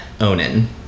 Onan